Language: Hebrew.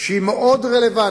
שהיא מאוד רלוונטית,